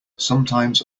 sometimes